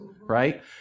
Right